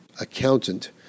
accountant